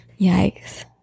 Yikes